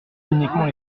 uniquement